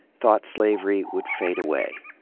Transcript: thought slavery would fade away,